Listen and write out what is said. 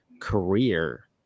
career